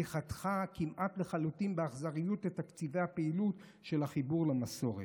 חתכה כמעט לחלוטין באכזריות את תקציבי הפעילות של החיבור למסורת.